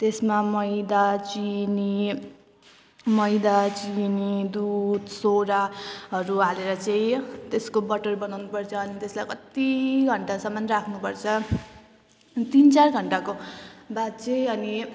त्यसमा मैदा चिनी मैदा चिनी दुध सोडा हरू हालेर चाहिँ त्यसको बटर बनाउनुपर्छ अनि त्यसलाई कति घन्टासम्म राख्नुपर्छ तिन चार घन्टाको बाद चाहिँ अनि